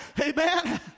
Amen